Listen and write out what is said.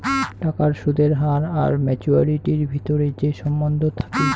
টাকার সুদের হার আর মাচুয়ারিটির ভিতরে যে সম্বন্ধ থাকি